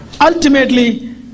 ultimately